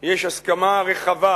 יש הסכמה רחבה